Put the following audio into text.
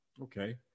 Okay